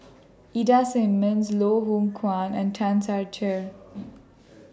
Ida Simmons Loh Hoong Kwan and Tan Ser Cher